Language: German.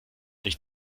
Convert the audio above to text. nicht